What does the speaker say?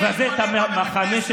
לך לבית הכנסת